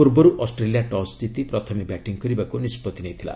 ପୂର୍ବରୁ Australia toss କିତି ପ୍ରଥମେ ବ୍ୟାଟିଂ କରିବାକୁ ନିଷ୍କଭି ନେଇଥିଲା